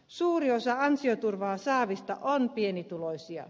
suuri osa ansioturvaa saavista on pienituloisia